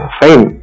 fine